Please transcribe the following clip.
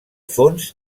fons